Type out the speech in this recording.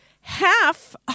Half